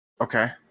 Okay